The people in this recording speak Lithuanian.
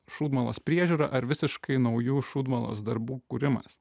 šūdmalos priežiūra ar visiškai naujų šūdmalos darbų kūrimas